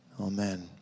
Amen